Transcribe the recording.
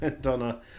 Donna